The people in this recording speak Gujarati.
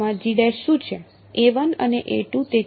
બંને કિસ્સાઓમાં G શું છે